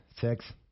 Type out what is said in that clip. six